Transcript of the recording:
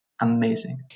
Amazing